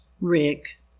Rick